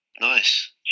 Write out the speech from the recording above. nice